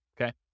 okay